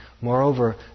Moreover